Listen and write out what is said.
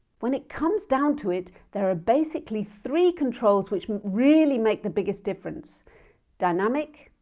when it comes down to it, there are basically three controls which really make the biggest difference dynamic,